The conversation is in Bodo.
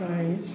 ओमफ्राय